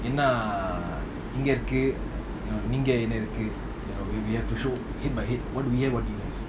எனாஇங்கஇருக்குஇங்கஎன்னஇருக்கு:yena inga irukku inga enna iruku you know we we have to show head by head what we have what do you have